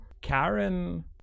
Karen